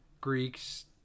Greeks